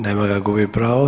Nema ga, gubi pravo.